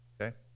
Okay